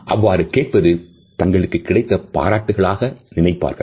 அவ்வாறு கேட்பது தங்களுக்கு கிடைத்த பாராட்டு களாக நினைப்பார்கள்